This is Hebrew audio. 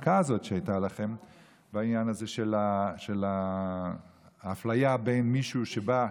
שהמאבק הזה של שניהלתם אתמול בעניין איחוד משפחות,